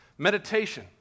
Meditation